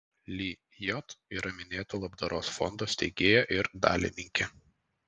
lijot yra minėto labdaros fondo steigėja ir dalininkė